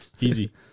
Easy